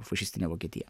fašistinė vokietija